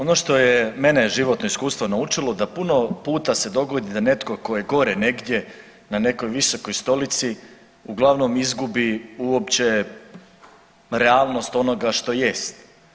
Ono što je mene životno iskustvo naučilo da puno puta se dogodi da netko tko je gore negdje na nekoj visokoj stolici uglavnom izgubi uopće realnost onoga što jest.